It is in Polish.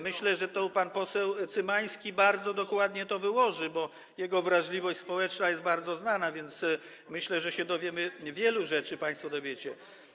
Myślę, że pan poseł Cymański bardzo dokładnie to wyłoży, bo jego wrażliwość społeczna jest bardzo znana, więc myślę, że się dowiemy, wielu rzeczy państwo się dowiecie.